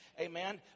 Amen